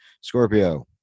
Scorpio